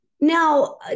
Now